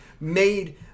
made